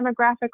demographic